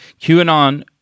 QAnon